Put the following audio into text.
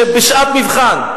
שבשעת מבחן,